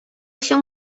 się